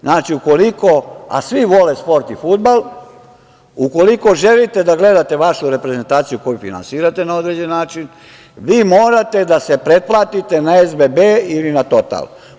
Znači, ukoliko, a svi vole sport i fudbal, ukoliko želite da gledate vašu reprezentaciju koju finansirate na određen način, vi morate da se pretplatite na SBB ili na "Total"